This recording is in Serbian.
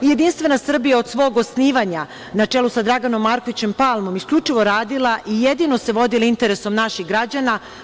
Jedinstvena Srbija je od svog osnivanja, na čelu sa Draganom Markovićem Palmom, isključivo radila i jedino se vodila interesom naših građana.